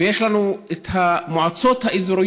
ויש לנו את המועצות האזוריות,